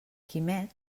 quimet